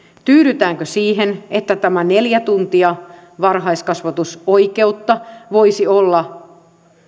tyydytäänkö siihen että tämä neljä tuntia varhaiskasvatusoikeutta voisi olla